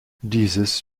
dieses